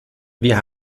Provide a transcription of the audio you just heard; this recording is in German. wir